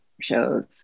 shows